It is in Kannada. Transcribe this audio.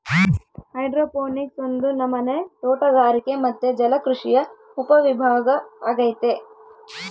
ಹೈಡ್ರೋಪೋನಿಕ್ಸ್ ಒಂದು ನಮನೆ ತೋಟಗಾರಿಕೆ ಮತ್ತೆ ಜಲಕೃಷಿಯ ಉಪವಿಭಾಗ ಅಗೈತೆ